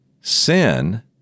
sin